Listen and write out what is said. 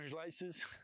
laces